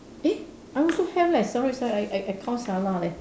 eh I also have leh sorry sorry I I I count salah leh